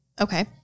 Okay